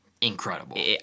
incredible